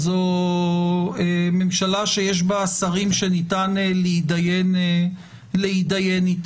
זו ממשלה שיש בה שרים שניתן להתדיין איתם.